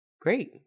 Great